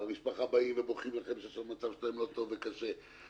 ואנשי המשפחה באים אליכם ובוכים שהמצב שלהם לא טוב וקשה להם,